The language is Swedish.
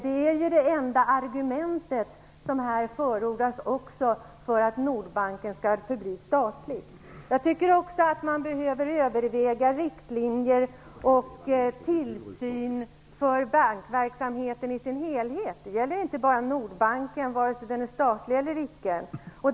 Det är ju det enda argumentet som förordas här för att Nordbanken skall förbli statlig. Jag tycker också att man bör överväga riktlinjer för tillsyn av bankverksamheten i dess helhet. Det gäller inte bara Nordbanken, vare sig den är statlig eller inte.